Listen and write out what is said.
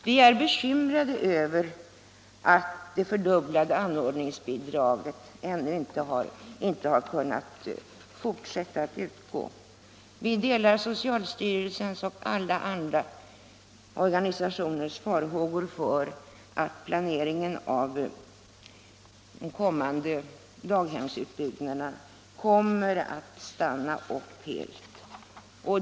Vi är bekymrade över att det fördubblade anordningsbidraget inte kan utgå även i fortsättningen. Vi delar socialstyrelsens och alla organisationers farhågor för att pla neringen av den kommande daghemsutbyggnaden skall stanna upp helt.